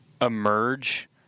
emerge